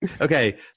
okay